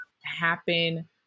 happen